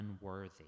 unworthy